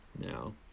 No